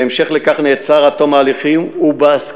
בהמשך לכך הוא נעצר עד תום ההליכים ובהסכמתו